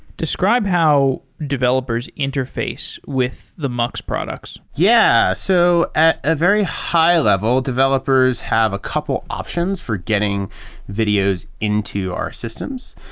describe how developers interface with the mux products yeah. so at a very high level, developers have a couple options for getting videos into our systems.